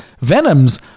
Venom's